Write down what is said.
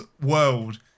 world